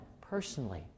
personally